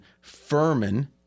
Furman